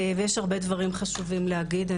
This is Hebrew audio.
ויש הרבה דברים חשובים להגיד.